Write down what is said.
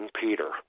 Peter